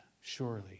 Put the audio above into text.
Surely